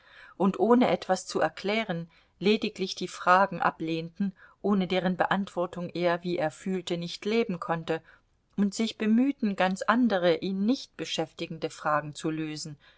und ohne etwas zu erklären lediglich die fragen ablehnten ohne deren beantwortung er wie er fühlte nicht leben konnte und sich bemühten ganz andere ihn nicht beschäftigende fragen zu lösen